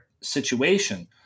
situation